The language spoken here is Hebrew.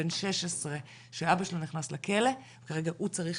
בן 16 שהאבא שלו נכנס לכלא כרגע הוא צריך